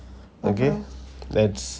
okay that's